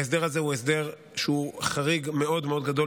ההסדר הזה הוא הסדר שהוא חריג מאוד מאוד גדול